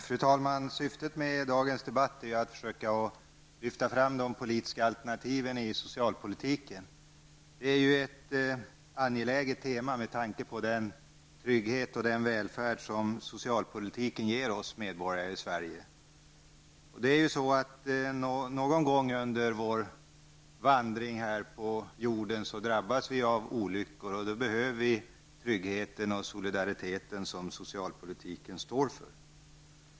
Fru talman! Syftet med dagens debatt är att försöka lyfta fram de politiska alternativen i socialpolitiken. Det är ett angeläget tema med tanke på den trygghet och välfärd som socialpolitiken ger oss medborgare i Sverige. Någon gång under vår vandring här på jorden drabbas vi av olyckor, och då behöver vi den trygghet och solidaritet som socialpolitiken ger oss.